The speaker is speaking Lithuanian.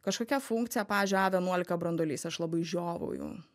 kažkokia funkcija pavyzdžiui a vienuolika branduolys aš labai žiovauju